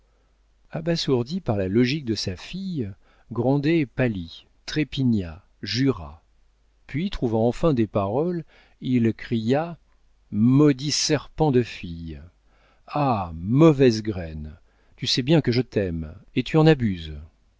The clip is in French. abasourdi par la logique de sa fille grandet pâlit trépigna jura puis trouvant enfin des paroles il cria maudit serpent de fille ah mauvaise graine tu sais bien que je t'aime et tu en abuses